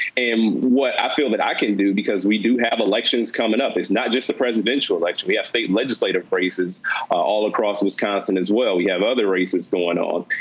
and what i feel that i can do because we do have elections comin' up. it's not just the presidential election. we have state and legislative races all across wisconsin as well. we have other races goin' goin' on.